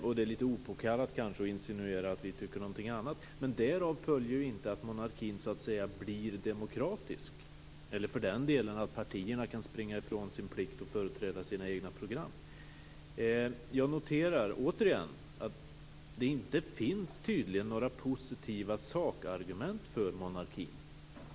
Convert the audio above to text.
Det är kanske lite opåkallat att insinuera att vi tycker någonting annat, men därav följer ju inte att monarkin så att säga blir demokratisk eller för den delen att partierna kan springa ifrån sin plikt att företräda sina egna program. Jag noterar återigen att det tydligen inte finns några positiva sakargument för monarkin.